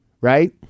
right